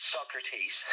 Socrates